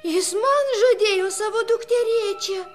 jis man žadėjo savo dukterėčią